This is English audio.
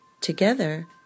Together